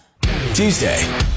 Tuesday